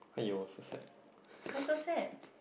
!aiyo! so sad